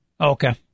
Okay